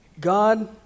God